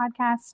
podcast